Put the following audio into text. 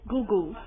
Google